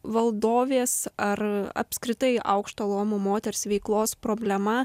valdovės ar apskritai aukšto luomo moters veiklos problema